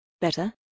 Better